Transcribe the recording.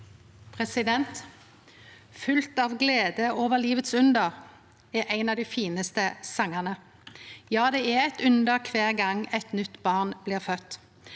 «Fylt av glede over livets under» er ein av dei finaste songane. Ja, det er eit under kvar gong eit nytt barn blir født,